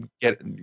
get